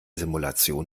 simulation